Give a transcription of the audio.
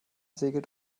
segelt